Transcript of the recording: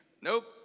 nope